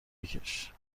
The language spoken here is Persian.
بکش